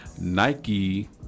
Nike